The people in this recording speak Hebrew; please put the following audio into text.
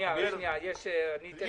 אני חוזר.